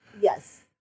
Yes